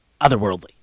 otherworldly